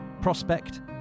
Prospect